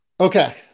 okay